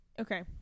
Okay